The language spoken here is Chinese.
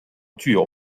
具有